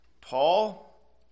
Paul